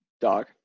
Dog